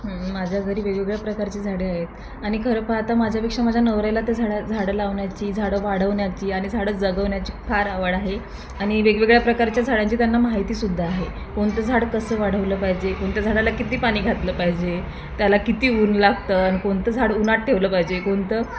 माझ्या घरी वेगवेगळ्या प्रकारची झाडे आहेत आणि खरं पाहता माझ्यापेक्षा माझ्या नवऱ्याला त्या झाडं झाडं लावण्याची झाडं वाढवण्याची आणि झाडं जगवण्याची फार आवड आहे आणि वेगवेगळ्या प्रकारच्या झाडांची त्यांना माहितीसुद्धा आहे कोणतं झाडं कसं वाढवलं पाहिजे कोणत्या झाडाला किती पाणी घातलं पाहिजे त्याला किती ऊन लागतं आणि कोणतं झाडं उन्हात ठेवलं पाहिजे कोणतं